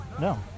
No